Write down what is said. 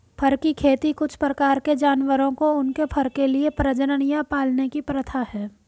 फर की खेती कुछ प्रकार के जानवरों को उनके फर के लिए प्रजनन या पालने की प्रथा है